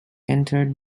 entered